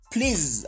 Please